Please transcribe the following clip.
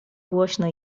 głośno